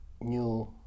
new